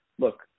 look